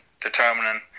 determining